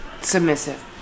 Submissive